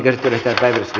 asia